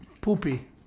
poopy